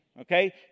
Okay